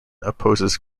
opposes